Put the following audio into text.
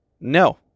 No